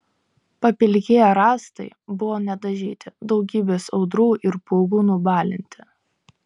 papilkėję rąstai buvo nedažyti daugybės audrų ir pūgų nubalinti